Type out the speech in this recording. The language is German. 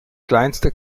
kleinste